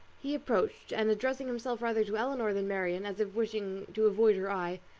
he approached, and addressing himself rather to elinor than marianne, as if wishing to avoid her eye,